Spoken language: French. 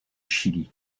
chili